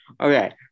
Okay